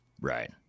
Right